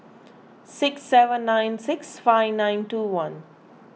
six seven nine six five nine two one